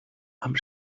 amb